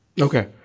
Okay